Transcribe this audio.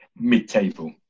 mid-table